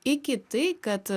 iki tai kad